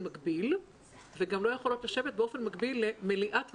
מקביל וגם לא יכולות לשבת באופן מקביל למליאת הוועדה.